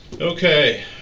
Okay